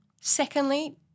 Secondly